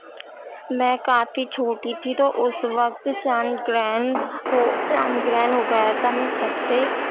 میں کافی چھوٹی تھی تو اس وقت چاند گرہن ہو چاند گرہن ہو گیا تھا میں چھت پہ